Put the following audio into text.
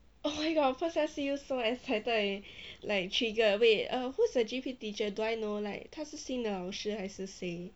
oh my god first time see you so like excited and like triggered wait err who is your G_P teacher do I know like 他是新的老师还是谁